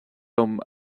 dom